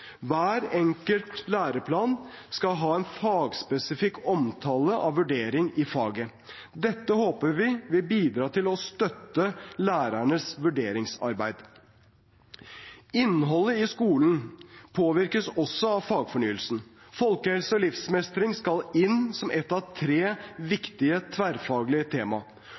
Hver enkelt læreplan skal ha en fagspesifikk omtale av vurdering i faget. Dette håper vi vil bidra til å støtte lærernes vurderingsarbeid. Innholdet i skolen påvirkes også av fagfornyelsen. Folkehelse og livsmestring skal inn som ett av tre viktige tverrfaglige tema.